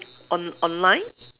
on on online